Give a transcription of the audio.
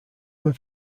have